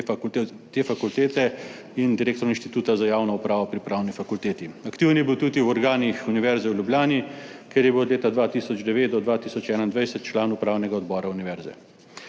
fakultete in direktor Inštituta za javno upravo pri Pravni fakulteti. Aktiven je bil tudi v organih univerze v Ljubljani, kjer je bil od leta 2009 do 2021 član upravnega odbora Univerze.